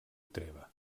treva